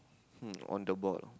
hmm on the ball